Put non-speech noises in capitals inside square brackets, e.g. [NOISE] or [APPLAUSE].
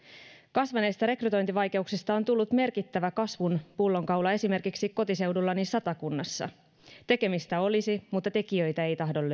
kasvaneista rekrytointivaikeuksista on tullut merkittävä kasvun pullonkaula esimerkiksi kotiseudullani satakunnassa tekemistä olisi mutta tekijöitä ei tahdo [UNINTELLIGIBLE]